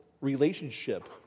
relationship